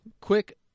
quick